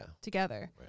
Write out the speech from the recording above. together